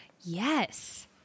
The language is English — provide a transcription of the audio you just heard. Yes